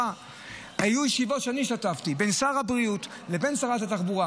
היו ישיבות שהשתתפתי בהן בין שר הבריאות לבין שרת התחבורה,